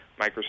Microsoft